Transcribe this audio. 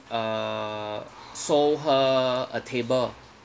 uh sold her a table